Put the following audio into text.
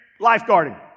lifeguarding